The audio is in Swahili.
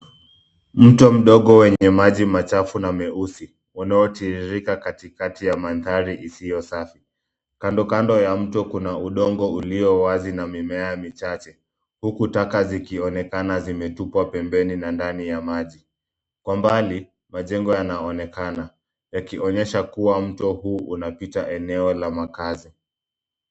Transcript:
Mto mdogo wenye maji machafu na meusi unaotiririka katikati ya mandhari isiyo safi. Kando kando ya mto kuna udongo ulio wazi na mimea michache, huku taka zikionekana zimetupwa pembeni na ndani ya maji. Kwa mbali majengo yanaonekana, yakionyesha kuwa mto huu unapita eneo la makaazi.